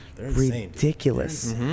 ridiculous